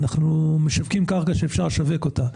אנחנו משווקים קרקע שאפשר לשווק אותה,